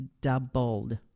doubled